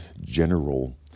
general